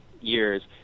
years